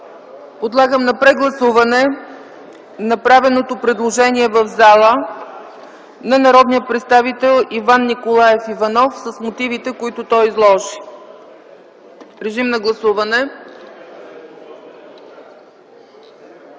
Подлагам на прегласуване направеното предложение в пленарната зала на народния представител Иван Николаев Иванов с мотивите, които той изложи. Гласували